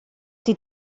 die